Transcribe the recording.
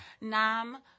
Nam